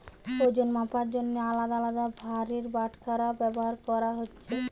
ওজন মাপার জন্যে আলদা আলদা ভারের বাটখারা ব্যাভার কোরা হচ্ছে